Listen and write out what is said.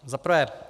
Za prvé.